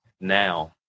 now